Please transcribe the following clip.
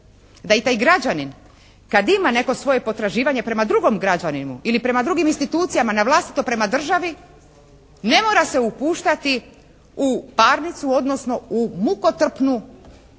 da i taj građanin kad ima neko svoje potraživanje prema drugom građaninu ili prema drugim institucijama na vlastito prema državi ne mora se upuštati u parnicu, odnosno u mukotrpnu